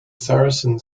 saracens